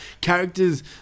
Characters